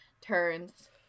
turns